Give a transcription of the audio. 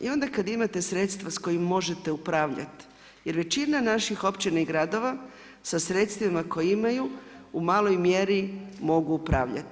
I onda kad imate sredstva s kojima možete upravljati jer većina naših općina i gradova sa sredstvima koje imaju, u maloj mjeri mogu upravljati.